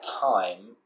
time